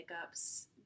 hiccups